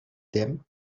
them